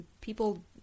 people